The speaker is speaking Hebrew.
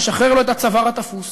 נשחרר לו את הצוואר התפוס,